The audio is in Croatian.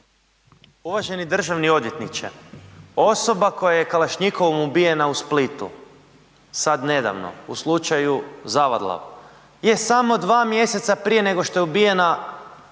Uvaženi državni odvjetniče, osoba koja je kalašnjikovom ubijena u Splitu sad nedavno u slučaju Zavadlav je samo dva mjeseca prije nego što je ubijena, uhićena